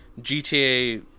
GTA